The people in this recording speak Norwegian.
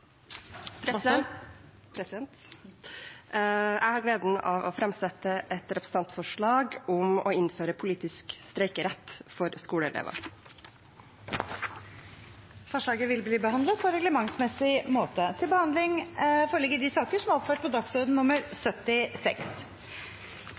et representantforslag. Jeg har gleden av å sette fram et representantforslag om å innføre politisk streikerett for skoleelever. Forslaget vil bli behandlet på reglementsmessig måte. Etter ønske fra familie- og kulturkomiteen vil presidenten foreslå at taletiden blir begrenset til